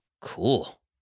Cool